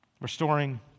Restoring